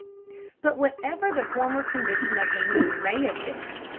but whatever the former condition of the moon may have been,